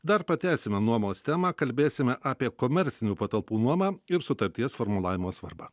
dar pratęsime nuomos temą kalbėsime apie komercinių patalpų nuomą ir sutarties formulavimo svarbą